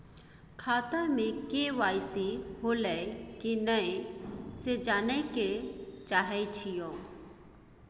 खाता में के.वाई.सी होलै की नय से जानय के चाहेछि यो?